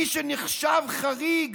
מי שנחשב חריג